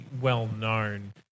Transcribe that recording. well-known